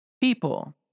people